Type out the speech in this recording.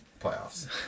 playoffs